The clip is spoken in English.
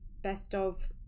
best-of